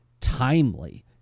timely